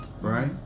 right